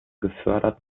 gefördert